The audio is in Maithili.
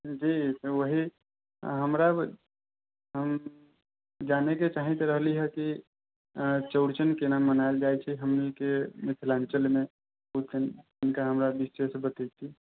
जी वही हमरा हम जाने चाहैत रहली हँ कि चौड़चन केना मनाएल जाइ छै हमनीके मिथिलाञ्चलमे तनिका हमरा विस्तार से बतैती